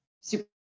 super